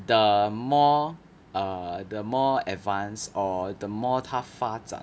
the more err the more advance or the more 他发展